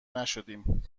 نشدیم